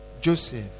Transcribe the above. Joseph